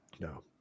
No